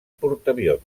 portaavions